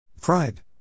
Pride